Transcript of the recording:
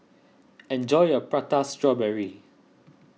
enjoy your Prata Strawberry